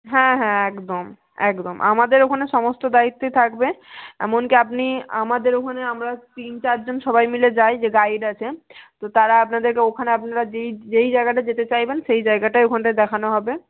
হ্যাঁ হ্যাঁ একদম একদম আমাদের ওখানে সমস্ত দায়িত্বই থাকবে এমনকি আপনি আমাদের ওখানে আমরা তিন চার জন সবাই মিলে যাই যে গাড়িটাতে তো তারা আপনাদেরকে ওখানে আপনারা যেই যেই জায়গাটা যেতে চাইবেন সেই জায়গাটায় ওখানটায় দেখানো হবে